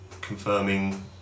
confirming